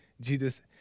Jesus